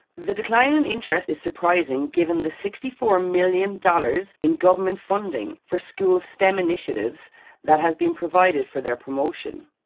the decline in interest is surprising given the sixty four million dollars in government funding for school stem initiatives that has been provided for their promotion.